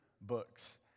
books